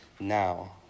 Now